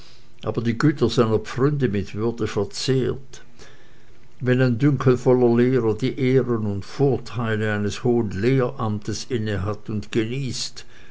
aber die güter seiner pfründe mit würde verzehrt wenn ein dünkelvoller lehrer die ehren und vorteile eines hohen lehramtes innehat und genießt